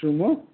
Sumo